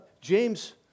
James